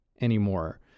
anymore